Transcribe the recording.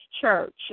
church